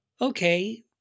okay